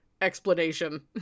explanation